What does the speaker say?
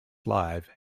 live